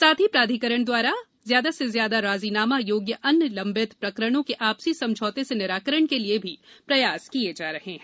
साथ ही प्राधिकरण द्वारा ज्यादा से ज्यादा राजीनामा योग्य अन्य लंबित प्रकरणों के आपसी समझौते से निराकरण के लिये भी प्रयास किये जा रहे हैं